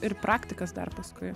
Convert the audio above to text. ir praktikas dar paskui